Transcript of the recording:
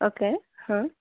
okay